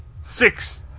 Six